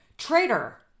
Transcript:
Traitor